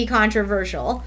controversial